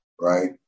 right